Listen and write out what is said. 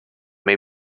may